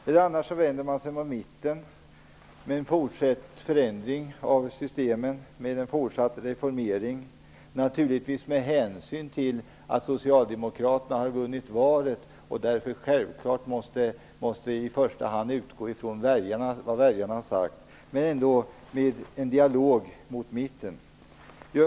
Eller så vänder man sig mot mitten, mot fortsatt förändring av system och mot fortsatt reformering - naturligtvis med hänsyn till att Socialdemokraterna vunnit valet och självfallet i första hand måste utgå från vad väljarna sagt - med en dialog med mittenpartierna.